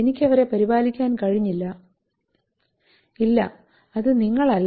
എനിക്ക് അവരെ പരിപാലിക്കാൻ കഴിഞ്ഞില്ല" ഇല്ല അത് നിങ്ങളല്ല